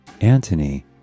Antony